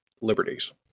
liberties